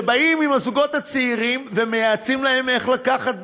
שבאים עם הזוגות הצעירים ומייעצים להם איך לקחת,